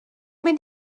mynd